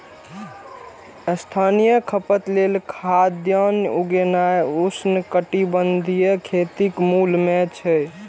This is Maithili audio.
स्थानीय खपत लेल खाद्यान्न उगेनाय उष्णकटिबंधीय खेतीक मूल मे छै